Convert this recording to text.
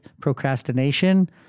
procrastination